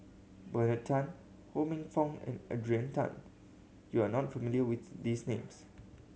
Bernard Tan Ho Minfong and Adrian Tan you are not familiar with these names